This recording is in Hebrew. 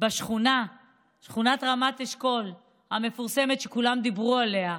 בשכונת רמת אשכול המפורסמת, שכולם דיברו עליה.